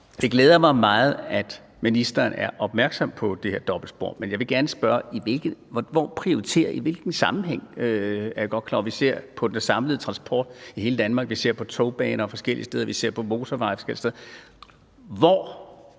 Det glæder mig meget, at ministeren er opmærksom på det her dobbeltspor. Men jeg vil gerne spørge om, når vi ser på den samlede transport i hele Danmark – altså på togbaner forskellige steder, på motorveje forskellige steder –